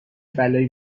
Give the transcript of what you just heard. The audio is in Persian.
بلایی